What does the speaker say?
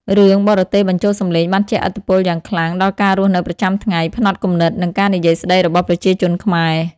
រឿងបរទេសបញ្ចូលសម្លេងបានជះឥទ្ធិពលយ៉ាងខ្លាំងដល់ការរស់នៅប្រចាំថ្ងៃ ផ្នត់គំនិត និងការនិយាយស្តីរបស់ប្រជាជនខ្មែរ។